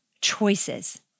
choices